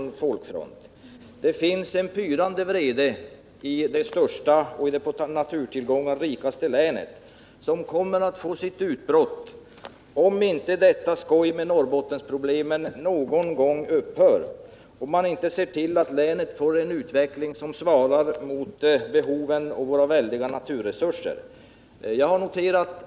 Det finns en pyrande vrede i det största och på naturtillgångar rikaste länet som kommer att få sitt utbrott, om inte detta skoj med Norrbottensproblemen någon gång upphör, om man inte ser till att länet får en utveckling som svarar mot behoven och våra väldiga naturresurser.